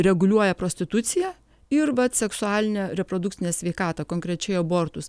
reguliuoja prostituciją ir vat seksualinę reprodukcinę sveikatą konkrečiai abortus